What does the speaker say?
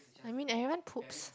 I mean everyone poops